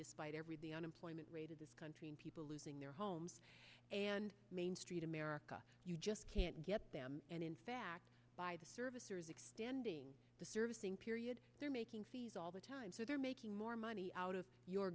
despite every the unemployment rate in this country and people losing their homes and main street america you just can't get them and in fact by the servicers extending the servicing period they're making fees all the time so they're making more money out of your